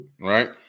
Right